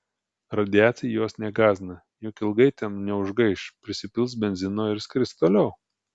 radiacija jos negąsdina juk ilgai ten neužgaiš prisipils benzino ir skris toliau